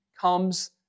comes